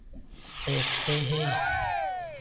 देखते हैं